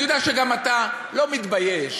אני יודע שגם אתה, לא מתבייש,